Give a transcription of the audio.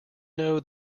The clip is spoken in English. know